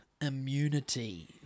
immunity